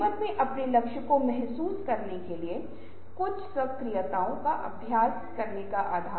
अंतिम प्रतिक्रिया कीबोर्ड के धक्का पर सभी व्यक्तिगत कंप्यूटरों की स्क्रीन पर झलक कर सकती है